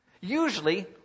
Usually